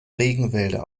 regenwälder